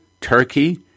Turkey